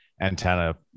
antenna